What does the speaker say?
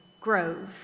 grows